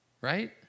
right